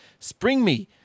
SpringMe